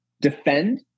defend